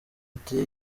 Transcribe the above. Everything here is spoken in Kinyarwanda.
ati